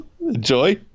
Enjoy